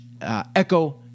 Echo